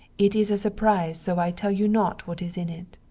it is a surprise so i tell you not what is in it.